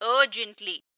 urgently